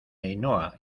ainhoa